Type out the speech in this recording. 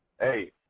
hey